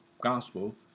gospel